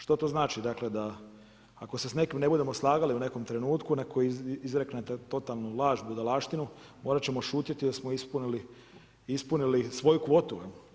Što to znači, dakle, da ako se s nekim ne budemo slagali u nekom trenutku koji izrekne totalnu laž, budalaštinu morat ćemo šutjeti jer smo ispunili svoju kvotu?